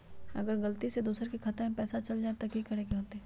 अगर गलती से दोसर के खाता में पैसा चल जताय त की करे के होतय?